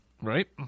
Right